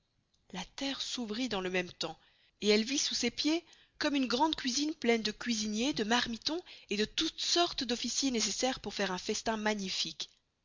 la terre s'ouvrit dans le même temps et elle vit sous ses pieds comme une grande cuisine pleine de cuisiniers de marmitons et de toutes sortes d'officiers necessaires pour faire un festin magnifique